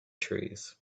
trees